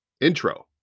intro